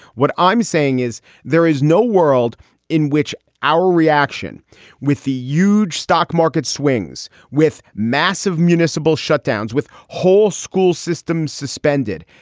what i'm saying is there is no world in which our reaction with the huge stock market swings, with massive municipal shutdowns, with whole school systems suspended.